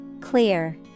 Clear